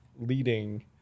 leading